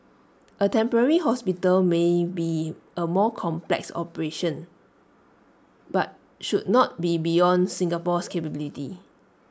A temporary hospital may be A more complex operation but should not be beyond Singapore's capability